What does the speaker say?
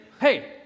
Hey